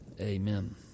Amen